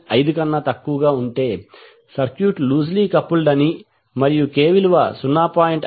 5 కన్నా తక్కువగా ఉంటే సర్క్యూట్ లూస్ లీ కపుల్డ్ అనీ మరియు k విలువ 0